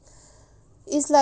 ya is is like